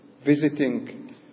visiting